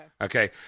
Okay